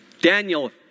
Daniel